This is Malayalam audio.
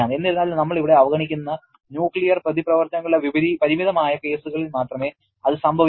എന്നിരുന്നാലും നമ്മൾ ഇവിടെ അവഗണിക്കുന്ന ന്യൂക്ലിയർ പ്രതിപ്രവർത്തനങ്ങളുടെ പരിമിതമായ കേസുകളിൽ മാത്രമേ അത് സംഭവിക്കൂ